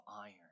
iron